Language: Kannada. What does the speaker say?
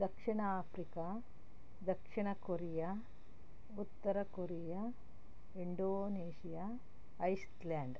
ದಕ್ಷಿಣ ಆಫ್ರಿಕಾ ದಕ್ಷಿಣ ಕೊರಿಯಾ ಉತ್ತರ ಕೊರಿಯಾ ಇಂಡೋನೇಷಿಯಾ ಐಸ್ಲ್ಯಾಂಡ್